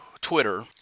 Twitter